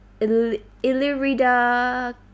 ilirida